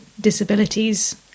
disabilities